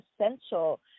essential